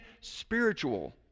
spiritual